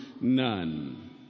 none